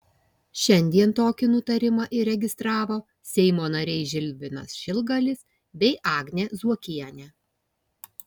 šiandien tokį nutarimą įregistravo seimo nariai žilvinas šilgalis bei agnė zuokienė